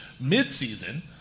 mid-season